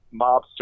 mobster